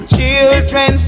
Children